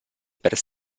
per